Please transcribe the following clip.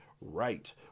right